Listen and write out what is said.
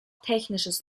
technisches